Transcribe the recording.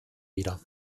wieder